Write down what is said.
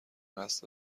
قصد